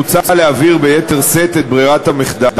מוצע להבהיר ביתר שאת את ברירת המחדל,